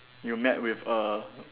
you met with a